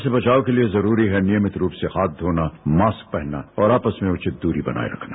corona से बचाव के लिए जरूरी है नियमित रूप से हाथ धोना मास्क पहनना और आपस में उचित दूरी बनाए रखना